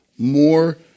More